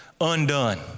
undone